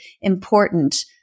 important